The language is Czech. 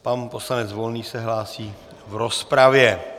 Pan poslanec Volný se hlásí v rozpravě.